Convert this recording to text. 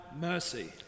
mercy